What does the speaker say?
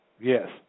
Yes